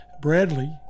Bradley